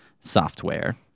software